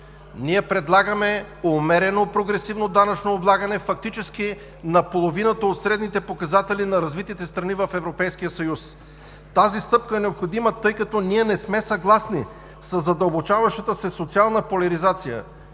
Ние предлагаме умерено прогресивно данъчно облагане, фактически половината от средните показатели на развитите страни в Европейския съюз. Тази стъпка е необходима, тъй като ние не сме съгласни със задълбочаващата се социална поляризация.